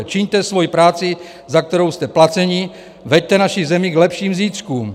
Čiňte svoji práci, za kterou jste placeni, veďte naši zemi k lepším zítřkům.